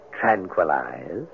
tranquilize